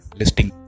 listing